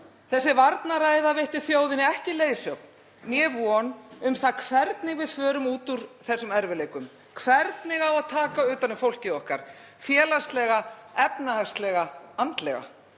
Þessi varnarræða veitti þjóðinni ekki leiðsögn og von um það hvernig við förum út úr þessum erfiðleikum, hvernig á að taka utan um fólkið okkar; félagslega, efnahagslega og andlega.